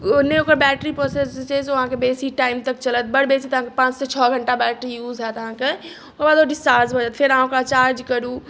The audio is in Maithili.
ओ ने ओकर बैटरी प्रोसेसर छै से अहाँके बेसी टाइम तक चलत बड्ड बेसी तऽ अहाँके पाँच सँ छओ घण्टा बैटरी यूज हैत अहाँके ओकर बाद ओ डिस्चार्ज भऽ जायत फेर अहाँ ओकरा चार्ज करू